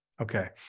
Okay